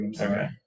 Okay